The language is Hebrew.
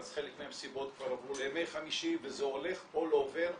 אז חלק מהמסיבות כבר עברו לימי חמישי וזה הולך all over.